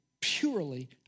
purely